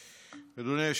אדוני היושב-ראש,